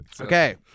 Okay